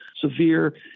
severe